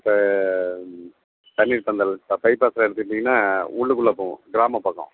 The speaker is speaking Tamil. இப்போ தண்ணீர் பந்தல் இப்போ பைப்பாஸில் எடுத்துக்கிட்டீங்கன்னால் உள்ளுக்குள்ள போகும் கிராமம் பக்கம்